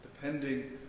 depending